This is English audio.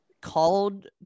called